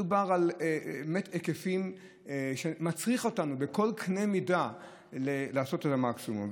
מדובר באמת על היקפים שמצריכים אותנו בכל קנה מידה לעשות את המקסימום.